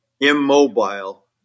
immobile